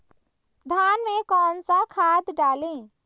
धान में कौन सा खाद डालें?